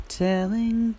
telling